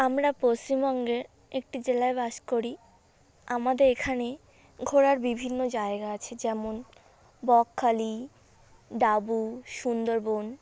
আমরা পশ্চিমবঙ্গে একটি জেলায় বাস করি আমাদের এখানে ঘোরার বিভিন্ন জায়গা আছে যেমন বকখালি দাবু সুন্দরবন